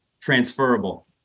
transferable